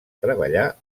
treballar